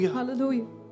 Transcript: hallelujah